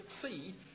succeed